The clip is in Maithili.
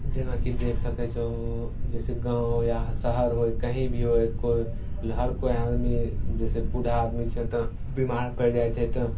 जेनाकि देखि सकै छहो जइसे गाम या शहर होइ कहीँ भी होइ कोइ हर कोइ आदमी जइसे बूढ़ा आदमी छै तऽ बेमार पड़ि जाइ छै तऽ